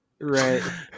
Right